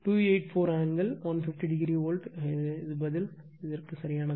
284 angle 150o volt பதில் சரியானது